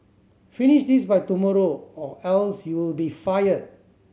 finish this by tomorrow or else you'll be fired